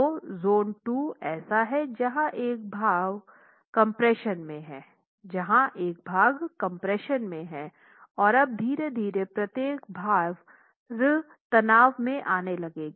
तो जोन 2 ऐसा है जहाँ एक भाग कम्प्रेशन में है और अब धीरे धीरे प्रत्येक भार तनाव में आने लगेगी